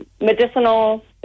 medicinal